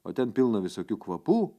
o ten pilna visokių kvapų